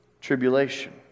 tribulation